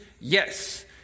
yes